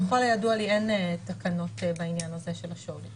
לפי מה שידוע לי אין תקנות בעניין הזה של השווי.